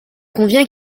conviens